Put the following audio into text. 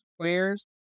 players